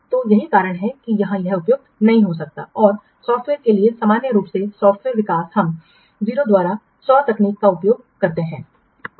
तो यही कारण है कि यहां यह उपयुक्त नहीं हो सकता है और सॉफ्टवेयर के लिए सामान्य रूप से सॉफ्टवेयर विकास हम 0 द्वारा 100 तकनीक का उपयोग करते हैं